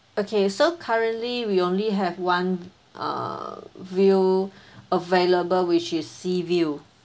okay so currently we only have one uh view available which is sea view